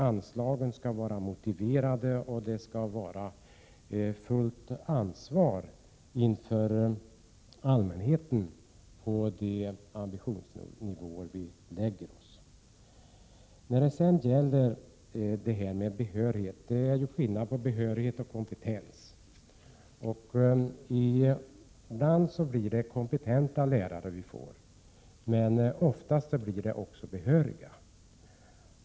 Anslagen skall vara motiverade, och vi skall vara fullt ansvariga inför allmänheten för de ambitionsnivåer vi lägger oss på. Det är skillnad på behörighet och kompetens. Vi får ibland kompetenta lärare; oftast blir dessa också behöriga.